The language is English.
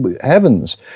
heavens